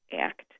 Act